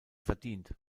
verdient